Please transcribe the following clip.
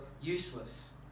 useless